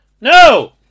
no